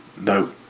No